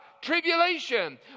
tribulation